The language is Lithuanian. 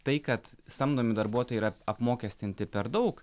tai kad samdomi darbuotojai yra apmokestinti per daug